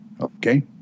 okay